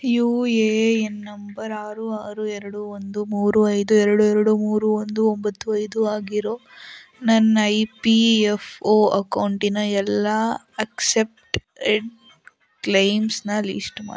you A N number ಆರು ಆರು ಎರಡು ಒಂದು ಮೂರು ಐದು ಮೂರು ಒಂದು ಒಂಬತ್ತು ಐದು ಆಗಿರೊ ನನ್ನ ಇ ಪಿ ಎಫ್ ಒ ಅಕೌಂಟಿನ ಎಲ್ಲ ಅಕ್ಸೆಪ್ಟೆಡ್ ಕ್ಲೇಮ್ಸ್ನ ಲೀಸ್ಟ್ ಮಾಡು